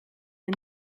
een